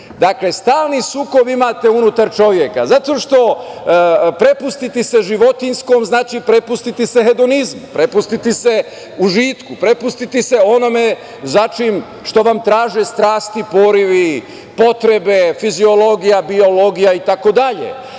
Dakle, stalni sukob imate unutar čoveka, zato što prepustiti se životinjskom znači prepustiti se hedonizmu, prepustiti se užitku, prepustiti se onome što vam traže strasti, porivi, potrebe, fiziologija, biologija itd.